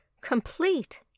complete